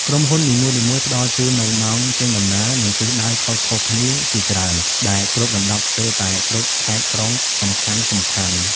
ក្រុមហ៊ុននីមួយៗផ្តល់ជូននូវ ម៉ោងចេញដំណើរ និងទិសដៅខុសៗគ្នាជាច្រើន ដែលគ្របដណ្តប់ស្ទើរតែគ្រប់ខេត្តក្រុងសំខាន់ៗ។